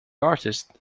artist